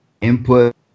input